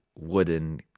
wooden